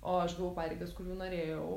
o aš gavau pareigas kurių norėjau